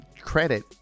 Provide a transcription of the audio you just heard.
credit